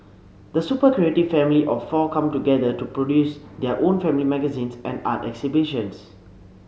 the super creative family of four come together to produce their own family magazines and art exhibitions